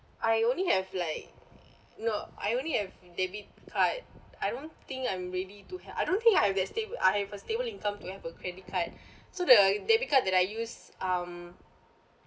I only have like no I only have debit card I don't think I'm ready to have I don't think I have that sta~ I have a stable income to have a credit card so the debit card that I use um